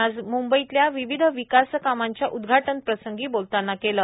ते आज मुंबईतल्या विविध विकास कामांच्या उदघाटन प्रसंगी बोलत होते